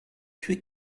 tué